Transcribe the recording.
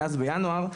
אז בינואר,